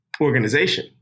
organization